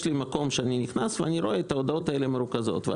יש לי מקום שאני נכנס ואני רואה את ההודעות האלה מרוכזות.